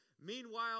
Meanwhile